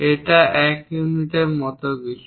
এটা 1 ইউনিট মত কিছু